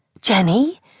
Jenny